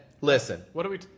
listen